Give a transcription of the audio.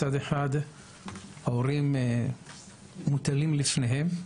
מצד אחד ההורים מוטלים לפניהם,